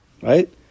right